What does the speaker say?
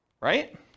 right